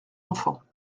enfants